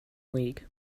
league